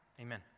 Amen